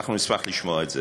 אנחנו נשמח לשמוע את זה.